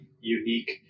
unique